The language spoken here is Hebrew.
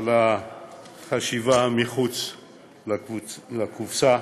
על החשיבה מחוץ לקופסה.